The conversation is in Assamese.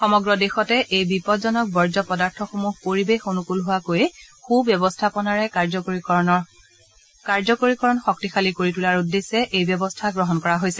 সমগ্ৰ দেশতে এই বিপদজনক বৰ্জ্য পদাৰ্থসমূহ পৰিৱেশ অনুকূল হোৱাকৈ সুব্যৱস্থাপনাৰে কাৰ্যকৰীকৰণৰ শক্তিশালী কৰি তোলাৰ উদ্দেশ্যে এই ব্যৱস্থা গ্ৰহণ কৰা হৈছে